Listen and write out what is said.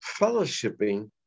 fellowshipping